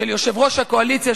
של יושב-ראש הקואליציה,